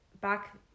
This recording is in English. back